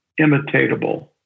imitatable